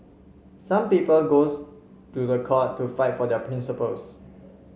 some people goes to the court to fight for their principles